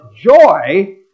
joy